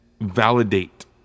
Validate